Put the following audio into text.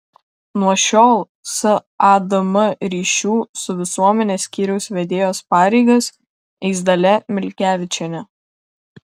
nuo šiol sadm ryšių su visuomene skyriaus vedėjos pareigas eis dalia milkevičienė